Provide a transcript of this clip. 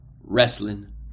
wrestling